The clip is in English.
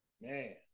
man